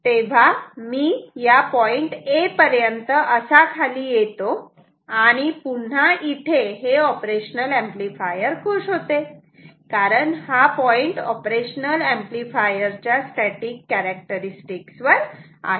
तेव्हा मी या पॉईंट A पर्यंत असा खाली येतो आणि पुन्हा इथे हे ऑपरेशनल ऍम्प्लिफायर खुश होते कारण हा पॉईंट ऑपरेशनल ऍम्प्लिफायर च्या स्टॅटिक कॅरेक्टरस्टिक्स वर आहे